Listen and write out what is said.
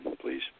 please